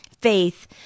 faith